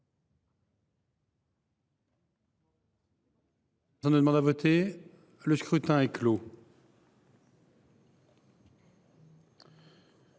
Le scrutin est clos.